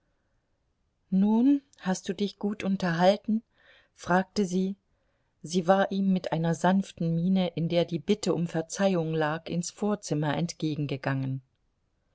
nun hast du dich gut unterhalten fragte sie sie war ihm mit einer sanften miene in der die bitte um verzeihung lag ins vorzimmer